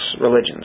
religions